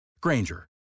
Granger